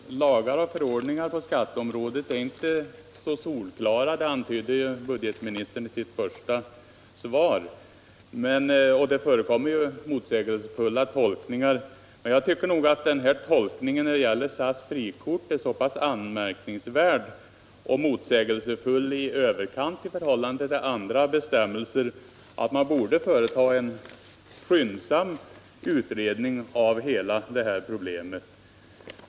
Herr talman! En del lagar och förordningar på skatteområdet är inte solklara — det antydde budgetministern i sitt svar — och det förekommer motsägelsefulla tolkningar. Men jag tycker att tolkningen när det gäller SAS frikort är motsägelsefull i överkant. Den är så anmärkningsvärd att man borde företa en skyndsam utredning av hela problemet.